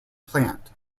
plant